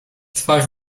twarz